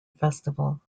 festival